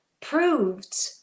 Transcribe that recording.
proved